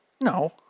No